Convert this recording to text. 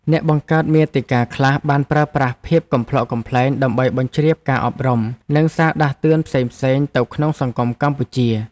អ្នកបង្កើតមាតិកាខ្លះបានប្រើប្រាស់ភាពកំប្លុកកំប្លែង ដើម្បីបញ្ជ្រាបការអប់រំ និងសារដាស់តឿនផ្សេងៗទៅក្នុងសង្គមកម្ពុជា។